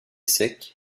sec